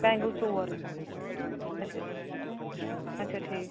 bangle ژور آچھا آچھا آچھا ٹھیٖک